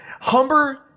Humber